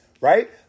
right